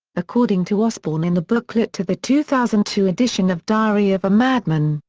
according to osbourne in the booklet to the two thousand two edition of diary of a madman,